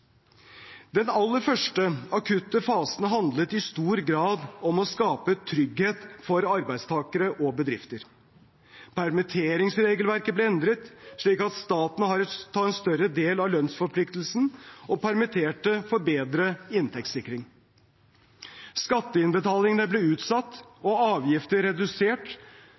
Den aller første, akutte fasen handlet i stor grad om å skape trygghet for arbeidstakere og bedrifter: Permitteringsregelverket ble endret slik at staten tar en større del av lønnsforpliktelsen, og permitterte får bedre inntektssikring. Skatteinnbetalingene ble utsatt – og avgifter redusert